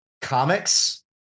comics